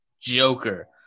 Joker